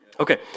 Okay